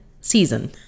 season